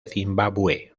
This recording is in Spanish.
zimbabue